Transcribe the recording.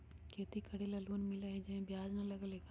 खेती करे ला लोन मिलहई जे में ब्याज न लगेला का?